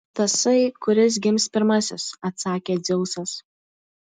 tasai kuris gims pirmasis atsakė dzeusas